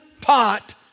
pot